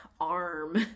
arm